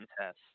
test